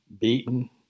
beaten